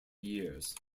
years